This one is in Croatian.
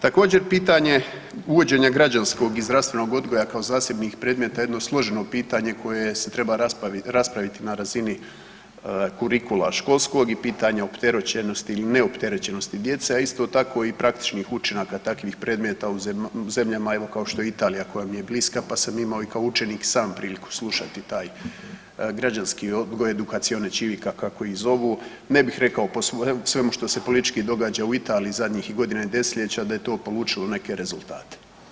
Također pitanje uvođenja građanskog i zdravstvenog odgoja kao zasebnih predmeta jedno složeno pitanje koje se treba raspraviti na razini kurikula školskog i pitanja opterećenosti ili ne opterećenosti djece, a isto tako i praktičnih učinaka takvih predmeta u zemljama evo kao što je Italija koja mi je bliska, pa sam imao i kao učenik sam slušati taj građanski odgoj edukacione … kako ih zovu, ne bih rekao po svemu što se politički događa u Italiji zadnjih godina i desetljeća da je to polučilo neke rezultate.